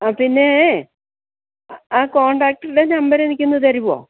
ആ പിന്നേ ആ കോണ്ടാക്ടിലെ നമ്പരെനിക്കൊന്ന് തരുവോ